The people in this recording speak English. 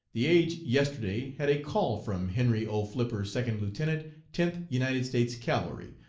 the age yesterday had a call from henry o. flipper second lieutenant tenth united states cavalry,